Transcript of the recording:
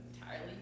entirely